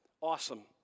Awesome